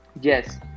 Yes